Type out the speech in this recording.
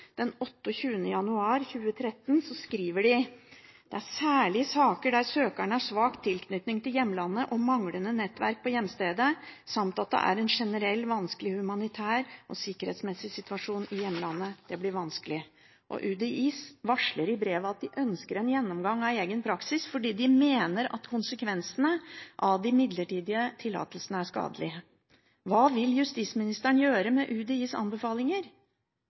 den 28. januar 2013 skriver UDI: «Det er særlig i saker der søkeren har svært svak tilknytning til hjemlandet og manglende nettverk på hjemstedet, samt at det er en generelt vanskelig humanitær og sikkerhetsmessig situasjon i hjemlandet.» UDI varsler i brevet at de ønsker en gjennomgang av egen praksis, fordi de mener at konsekvensene av de midlertidige tillatelsene er skadelige. Hva vil justisministeren gjøre med UDIs anbefalinger?